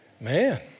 man